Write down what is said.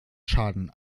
schaden